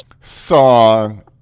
song